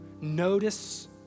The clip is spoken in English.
notice